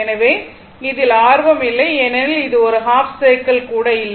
எனவே அதில் ஆர்வம் இல்லை ஏனெனில் இது ஒரு ஹாஃப் சைக்கிள் கூட இல்லை